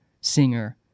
singer